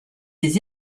des